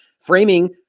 Framing